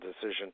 decision